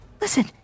Listen